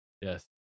Yes